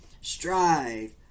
strive